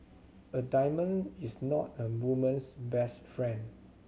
a diamond is not a woman's best friend